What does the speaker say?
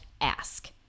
ask